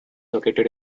located